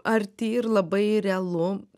arti ir labai realu